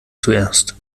zuerst